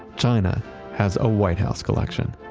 china has a white house collection.